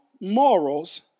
morals